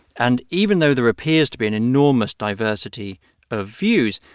and even though there appears to be an enormous diversity of views,